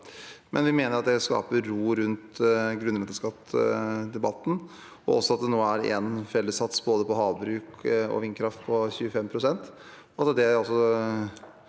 årene. Vi mener at det skaper ro rundt grunnrenteskattdebatten, i tillegg til at det nå er en fellessats på både havbruk og vindkraft på 25 pst.